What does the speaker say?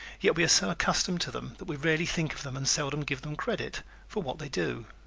yet we are so accustomed to them that we rarely think of them and seldom give them credit for what they do.